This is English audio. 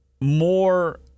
more